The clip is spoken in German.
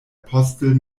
apostel